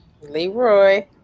Leroy